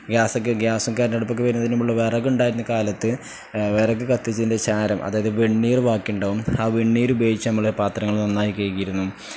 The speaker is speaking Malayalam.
ഗ്യാസ് ഒക്കെ ഗ്യാസും കരടുപ്പൊക്കെ വരുന്നതിന് നമ്മൾ വിറകുണ്ടായിരുന്ന കാലത്ത് വിറക് കത്തിച്ചതിൻ്റെ ചാരം അതായത് വെണ്ണീർ ബാക്കി ഉണ്ടാകും ആ വെണ്ണീർ ഉപയോഗിച്ച് നമ്മൾ പാത്രങ്ങൾ നന്നായി കഴുകിയിരുന്നു